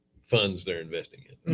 funds they're investing in.